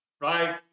right